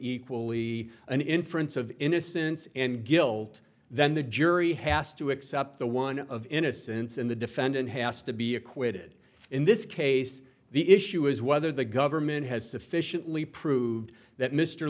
equally an inference of innocence and guilt then the jury has to accept the one of innocence and the defendant has to be acquitted in this case the issue is whether the government has sufficiently proved that mr